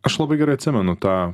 aš labai gerai atsimenu tą